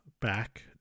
back